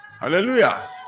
Hallelujah